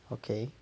okay